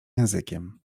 językiem